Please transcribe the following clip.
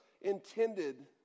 intended